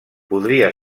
podria